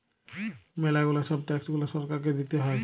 ম্যালা গুলা ছব ট্যাক্স গুলা সরকারকে দিতে হ্যয়